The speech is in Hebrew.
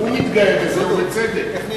הוא מתגאה בזה, ובצדק.